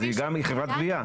אז היא גם חברת גבייה.